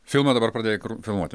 filmą dabar pradėjai filmuoti